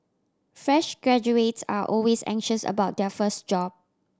fresh graduates are always anxious about their first job